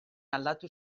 aldatu